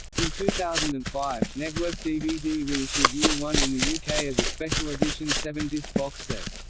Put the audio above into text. in two thousand and five, network dvd re-issued year one in the yeah uk as a special edition seven-disc box set.